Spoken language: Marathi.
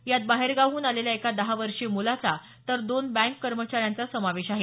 यात बाहेरगावाहून आलेल्या एका दहा वर्षीय मुलाचा तर दोन बँक कर्मचाऱ्यांचा समावेश आहे